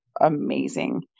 amazing